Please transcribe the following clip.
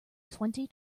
twenty